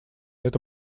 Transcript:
это